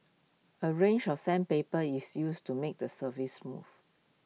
A range of sandpaper is used to make the surface smooth